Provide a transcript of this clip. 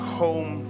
home